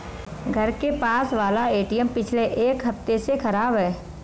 घर के पास वाला एटीएम पिछले एक हफ्ते से खराब है